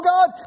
God